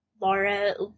Laura